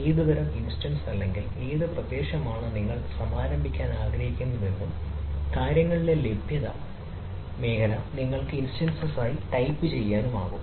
ഏത് തരം ഇൻസ്റ്റൻസ് അല്ലെങ്കിൽ ഏത് പ്രദേശമാണ് നിങ്ങൾ സമാരംഭിക്കാൻ ആഗ്രഹിക്കുന്നതെന്നും കാര്യങ്ങളിലെ ലഭ്യത മേഖല നിങ്ങൾക്ക് ഇൻസ്റ്റൻസ്മായി ടൈപ്പുചെയ്യാനാകും